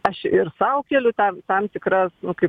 aš ir sau keliu tam tam tikras nu kaip